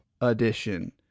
edition